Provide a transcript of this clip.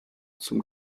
zum